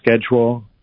schedule